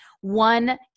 One